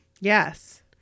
Yes